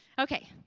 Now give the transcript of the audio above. Okay